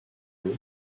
haut